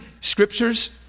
scriptures